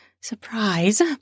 Surprise